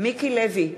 מיקי לוי,